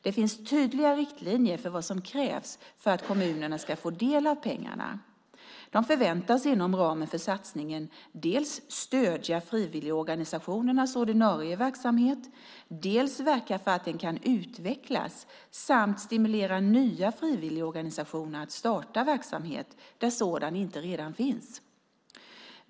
Det finns tydliga riktlinjer för vad som krävs för att kommunerna ska få del av pengarna. De förväntas inom ramen för satsningen dels stödja frivilligorganisationernas ordinarie verksamhet, dels verka för att den kan utvecklas samt stimulera nya frivilligorganisationer att starta verksamhet där sådan inte redan finns.